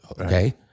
Okay